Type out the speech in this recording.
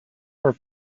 were